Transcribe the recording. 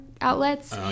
outlets